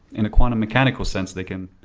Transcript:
in a quantum mechanical sense they can